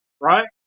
right